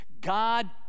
God